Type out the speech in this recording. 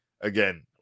again